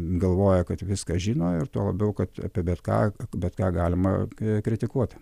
galvoja kad viską žino ir tuo labiau kad apie bet ką bet ką galima kritikuot